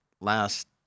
last